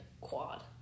Quad